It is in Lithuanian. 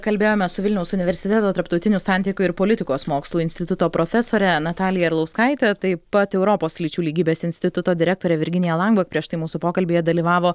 kalbėjome su vilniaus universiteto tarptautinių santykių ir politikos mokslų instituto profesore natalija arlauskaite taip pat europos lyčių lygybės instituto direktore virginija lanbo prieš tai mūsų pokalbyje dalyvavo